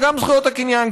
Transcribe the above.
וגם זכויות הקניין,